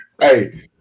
Hey